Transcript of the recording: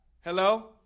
Hello